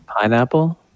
pineapple